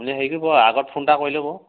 আপুনি হেৰি কৰিব আগত ফোন এটা কৰি ল'ব